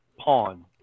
pawn